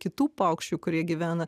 kitų paukščių kurie gyvena